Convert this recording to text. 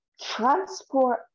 transport